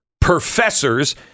professors